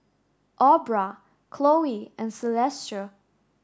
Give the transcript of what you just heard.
Aubra Khloe and Celestia